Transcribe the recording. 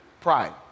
pride